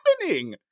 happening